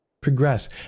progress